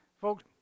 folks